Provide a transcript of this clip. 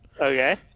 Okay